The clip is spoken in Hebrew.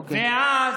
אוקיי.